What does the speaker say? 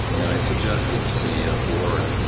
and i suggested to the ah board